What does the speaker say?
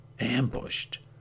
ambushed